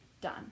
Done